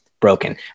Broken